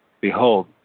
Behold